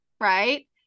right